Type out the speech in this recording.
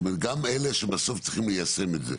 זאת אומרת גם אלה שבסוף צריכים ליישם את זה.